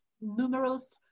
numerous